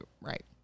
right